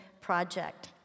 project